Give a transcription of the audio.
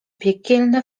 piekielne